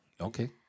Okay